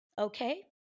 okay